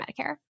Medicare